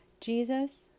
Jesus